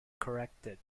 corrected